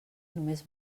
només